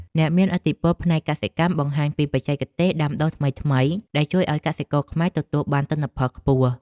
អ្នកមានឥទ្ធិពលផ្នែកកសិកម្មបានបង្ហាញពីបច្ចេកទេសដាំដុះថ្មីៗដែលជួយឱ្យកសិករខ្មែរទទួលបានទិន្នផលខ្ពស់។